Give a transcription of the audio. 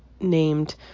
named